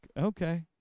okay